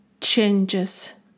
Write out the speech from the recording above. changes